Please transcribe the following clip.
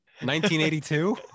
1982